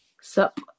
Sup